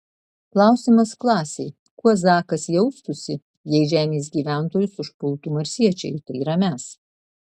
klausimas klasei kuo zakas jaustųsi jei žemės gyventojus užpultų marsiečiai tai yra mes